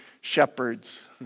shepherds